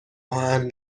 آهن